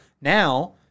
now